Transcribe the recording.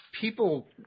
People